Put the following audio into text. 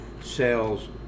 sales